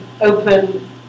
open